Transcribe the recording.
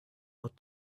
out